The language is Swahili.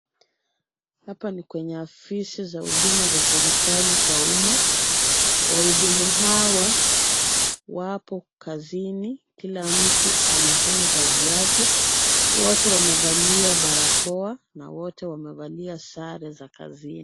Hapa ni kwenye ofisi za huduma za serikali kwa umma. Wahudumu hawa wapo kazini kila mtu anafanya kazi yake. Wote wamevalia barakoa na wote wamevalia sare za kazini.